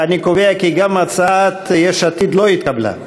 אני קובע כי גם הצעת יש עתיד לא התקבלה.